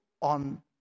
on